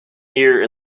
here